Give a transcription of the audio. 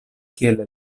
kiel